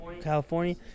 California